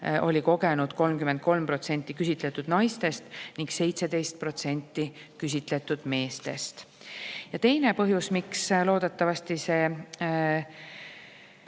oli kogenud 33% küsitletud naistest ning 17% küsitletud meestest. Ja teine põhjus, miks loodetavasti selle